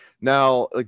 Now